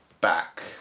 back